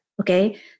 okay